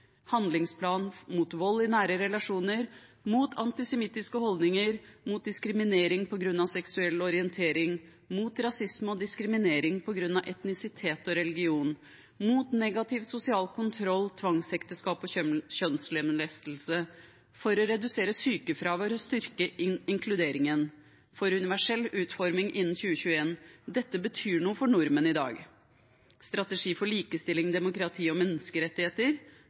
mot vold i nære relasjoner, mot antisemittiske holdninger, mot diskriminering på grunn av seksuell orientering, mot rasisme og diskriminering på grunn av etnisitet og religion, mot negativ sosial kontroll, tvangsekteskap og kjønnslemlestelse, for å redusere sykefraværet og styrke inkluderingen, for universell utforming innen 2021 – dette betyr noe for nordmenn i dag. Strategi for likestilling, demokrati og menneskerettigheter,